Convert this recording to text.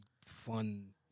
fun